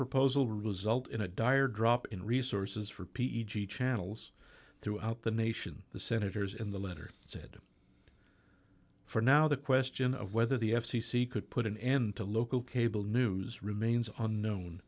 proposal result in a dire drop in resources for p g channels throughout the nation the senators in the letter said for now the question of whether the f c c could put an end to local cable news remains on known